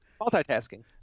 Multitasking